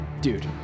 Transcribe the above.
Dude